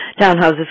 townhouses